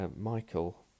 Michael